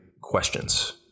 questions